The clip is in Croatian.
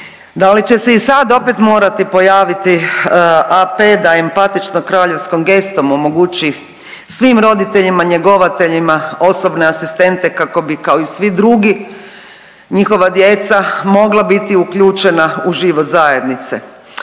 Da li će se i sad opet morati pojaviti AP da empatično kraljevskom gestom omogući svim roditeljima njegovateljima osobne asistente kako bi i kao i svi drugi njihova djeca mogla biti uključena u život zajednice.